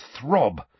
throb